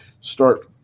start